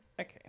Okay